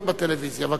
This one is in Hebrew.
בטלוויזיה) (תיקוני חקיקה) (הוראות שעה) (תיקון,